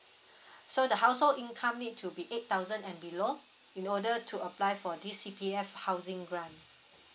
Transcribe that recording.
so the household income need to be eight thousand and below in order to apply for this C_P_F housing grant